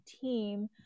team